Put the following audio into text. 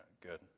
Good